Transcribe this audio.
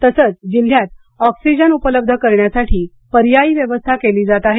तसंच जिल्ह्यात ऑक्सिजन उपलब्ध करण्यासाठी पर्यायी व्यवस्था केली जात आहे